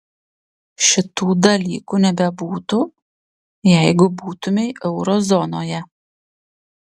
šitų dalykų nebebūtų jeigu būtumei euro zonoje